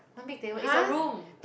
one big table it's a room